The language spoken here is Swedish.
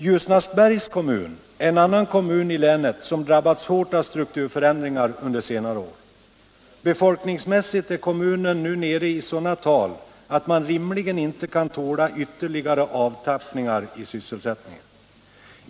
Ljusnarsbergs kommun är en annan kommun i länet som drabbats hårt av strukturförändringar under senare år. Befolkningsmässigt är kommunen nu nere i sådana tal att man rimligen inte kan tåla ytterligare avtappningar i sysselsättningen.